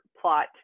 plot